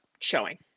showing